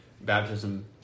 Baptism